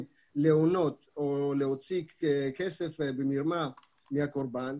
להונות או להוציא כסף במרמה מהקורבן,